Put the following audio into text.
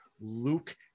Luke